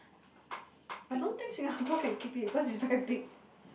what is a great dane not who is a great dane